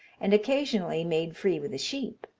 and occasionally made free with the sheep